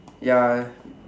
ya